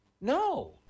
No